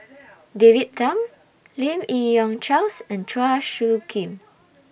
David Tham Lim Yi Yong Charles and Chua Soo Khim